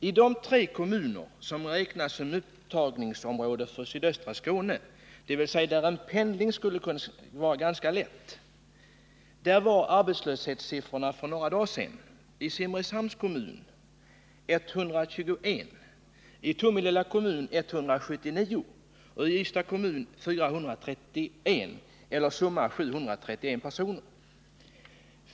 I de tre kommuner i sydöstra Skåne som räknas som ett upptagningsområde, dvs. där en pendling skulle kunna vara ganska lätt, var arbetslöshetssiffrorna för några dagar sedan: i Simrishamns kommun 121, i Tomelilla kommun 179 och i Ystads kommun 431, summa 731 personer.